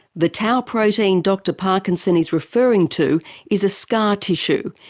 the tau protein dr parkinson is referring to is a scar tissue,